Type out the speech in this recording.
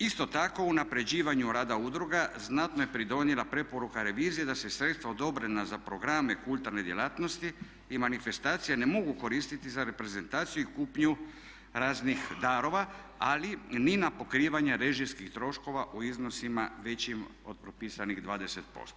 Isto tako unapređivanju rada udruga znatno je pridonijela preporuka revizije da se sredstva odobrena za programe kulturne djelatnosti i manifestacija ne mogu koristiti za reprezentaciju i kupnju raznih darova, ali ni na pokrivanje režijskih troškova u iznosima većim od propisanih 20%